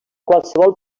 qualsevol